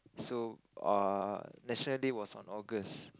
so uh National Day was on August